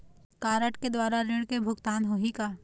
Card के द्वारा ऋण के भुगतान होही का?